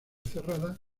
cerrada